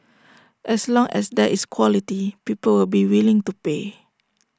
as long as there is quality people will be willing to pay